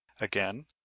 Again